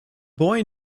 boy